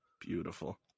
Beautiful